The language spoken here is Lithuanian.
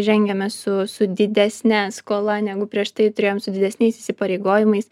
žengiame su su didesne skola negu prieš tai turėjom su didesniais įsipareigojimais